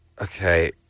Okay